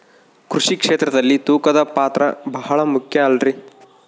ಕೃಷಿ ಕ್ಷೇತ್ರದಲ್ಲಿ ತೂಕದ ಪಾತ್ರ ಬಹಳ ಮುಖ್ಯ ಅಲ್ರಿ?